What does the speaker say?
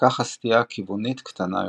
כך הסטייה הכיוונית קטנה יותר.